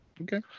Okay